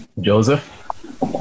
joseph